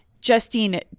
Justine